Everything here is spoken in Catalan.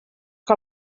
que